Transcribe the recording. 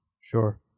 sure